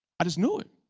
i just knew it.